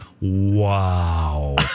wow